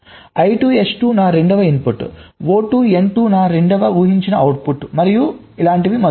I2 S2 నా రెండవ input O2 N2 నా రెండవ ఊహించిన అవుట్పుట్ మరియు మొదలైనవి